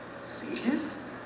Sages